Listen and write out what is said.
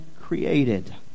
created